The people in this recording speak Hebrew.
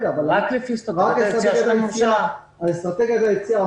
דיברתי כבר לפני כן על אסטרטגיית היציאה.